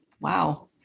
wow